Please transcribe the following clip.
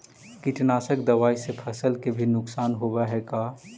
कीटनाशक दबाइ से फसल के भी नुकसान होब हई का?